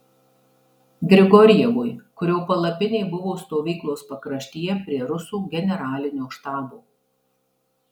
grigorjevui kurio palapinė buvo stovyklos pakraštyje prie rusų generalinio štabo